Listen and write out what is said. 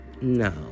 No